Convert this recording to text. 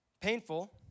painful